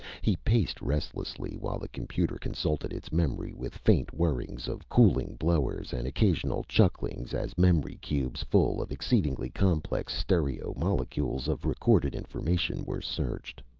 he paced restlessly while the computer consulted its memory with faint whirrings of cooling blowers, and occasional chucklings as memory cubes full of exceedingly complex stereomolecules of recorded information were searched.